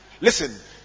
Listen